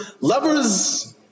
lovers